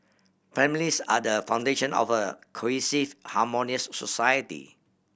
families are the foundation of a cohesive harmonious society